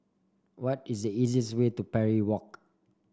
what is the easiest way to Parry Walk